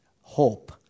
hope